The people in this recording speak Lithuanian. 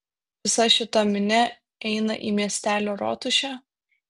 visa šita minia eina į miestelio rotušę